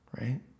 right